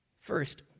First